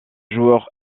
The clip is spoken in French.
joueur